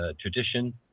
tradition